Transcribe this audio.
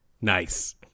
Nice